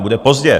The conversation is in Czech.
Bude pozdě.